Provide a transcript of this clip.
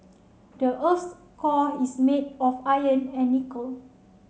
the earth's core is made of iron and nickel